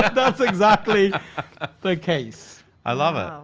that's exactly the case. i love it.